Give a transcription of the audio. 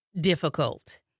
difficult